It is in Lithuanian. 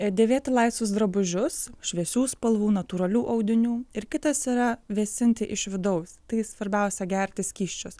dėvėti laisvus drabužius šviesių spalvų natūralių audinių ir kitas yra vėsinti iš vidaus tai svarbiausia gerti skysčius